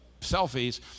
selfies